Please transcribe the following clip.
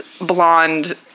blonde